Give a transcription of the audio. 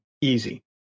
Easy